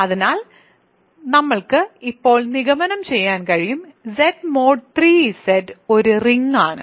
അതിനാൽ നമ്മൾക്ക് ഇപ്പോൾ നിഗമനം ചെയ്യാൻ കഴിയും Z mod 3 Z ഒരു റിംഗ് ആണ്